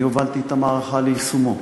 אני הובלתי את המערכה ליישומו.